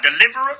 deliverer